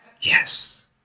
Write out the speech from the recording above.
Yes